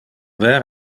ver